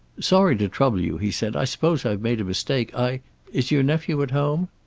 sorry to trouble you, he said. i suppose i've made a mistake. i is your nephew at home?